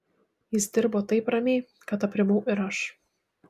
jis dirbo taip ramiai kad aprimau ir aš